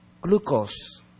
glucose